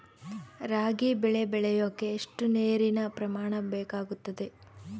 ರಾಗಿ ಬೆಳೆ ಬೆಳೆಯೋಕೆ ಎಷ್ಟು ನೇರಿನ ಪ್ರಮಾಣ ಬೇಕಾಗುತ್ತದೆ?